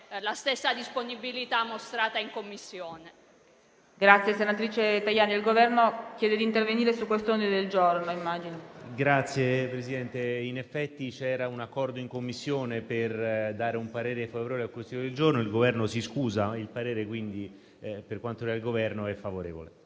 la stessa disponibilità mostrata in Commissione.